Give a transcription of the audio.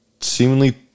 seemingly